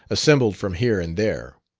assembled from here and there,